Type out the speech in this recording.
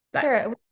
sir